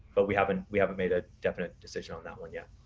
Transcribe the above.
but we haven't we haven't made a definite decision on that one yet.